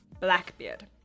Blackbeard